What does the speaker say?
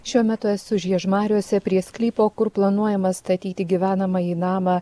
šiuo metu esu žiežmariuose prie sklypo kur planuojama statyti gyvenamąjį namą